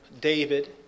David